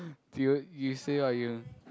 to you you say what you